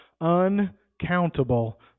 uncountable